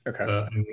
Okay